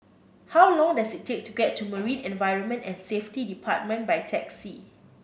how long does it take to get to Marine Environment and Safety Department by taxi